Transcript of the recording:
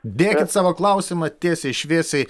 dėkit savo klausimą tiesiai šviesiai